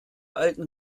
alten